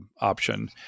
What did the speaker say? option